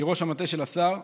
כראש המטה של השר,